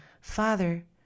Father